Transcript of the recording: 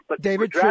David